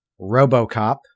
Robocop